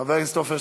חבר הכנסת עפר שלח,